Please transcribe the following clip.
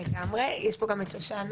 גם שושנה